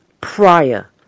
prior